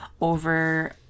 over